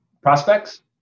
prospects